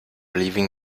leaving